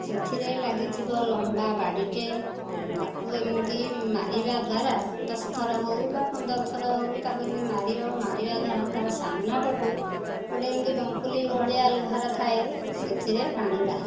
ସେଥିରେ ଲାଗିଥିବ ଲମ୍ବା ବାଡ଼ିଟେ ତାକୁ ଏମିତି ମାରିବା ଦ୍ୱାରା ଦଶଥର ହେଉ ବା ପନ୍ଦରଥର ହେଉ ତାକୁ ଏମିତି ମରିବା ଦ୍ୱାରା ତା'ର ସାମ୍ନାପଟୁ ଗୋଟିଏ ଏମିତି ବଙ୍କୁଲି ଭଳିଆ ଲୁହାର ଥାଏ ସେଥିରେ ପାଣି ବାହାରେ